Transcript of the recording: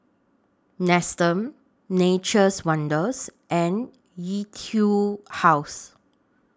Nestum Nature's Wonders and Etude House